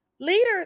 leaders